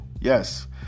Yes